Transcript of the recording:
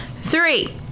three